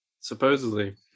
supposedly